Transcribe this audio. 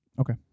Okay